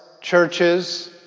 churches